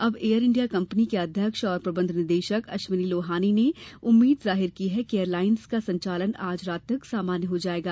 अब Air India कंपनी के अध्यक्ष और प्रबंध निदेशक अश्विनी लोहानी ने उम्मीद जाहिर की है कि एयर लाइंस का संचालन आज रात तक सामान्य हो जाएगा